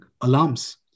alarms